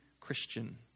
Christian